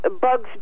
Bugs